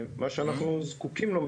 מה שאנחנו זקוקים לו,